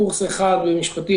קורס אחד במשפטים,